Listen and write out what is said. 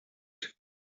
trek